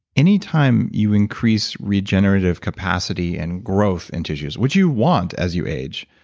any time you increase regenerative capacity and growth in tissues what you want as you age,